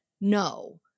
No